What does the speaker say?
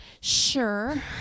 sure